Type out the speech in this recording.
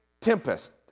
tempest